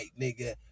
nigga